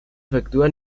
efectúa